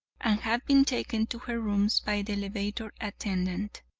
and had been taken to her rooms by the elevator attendant.